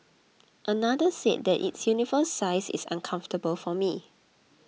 another said that its universal size is uncomfortable for me